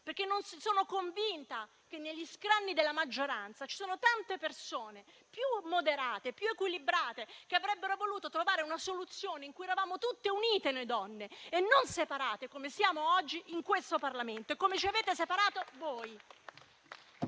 possibilità. Sono convinta che negli scranni della maggioranza tante persone più moderate e più equilibrate avrebbero voluto trovare una soluzione in cui noi donne eravamo tutte unite, e non separate come siamo oggi in questo Parlamento e come ci avete separato voi.